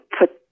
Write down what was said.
put